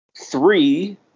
Three